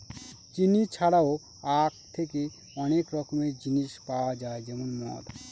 চিনি ছাড়াও আঁখ থেকে অনেক রকমের জিনিস পাওয়া যায় যেমন মদ